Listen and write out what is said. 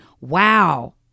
wow